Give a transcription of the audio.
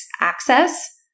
access